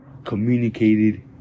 communicated